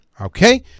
okay